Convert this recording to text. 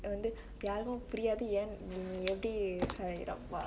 err வந்து யாருக்கு புரியாது ஏன் நீ எப்டி:vanthu yaaruku puriyaathu yen nee epdi